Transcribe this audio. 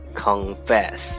confess